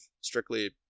strictly